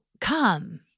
come